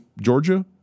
Georgia